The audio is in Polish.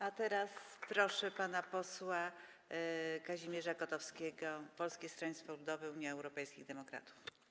A teraz proszę pana posła Kazimierza Kotowskiego, Polskie Stronnictwo Ludowe - Unia Europejskich Demokratów.